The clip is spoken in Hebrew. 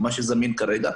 כרגיל.